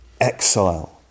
Exile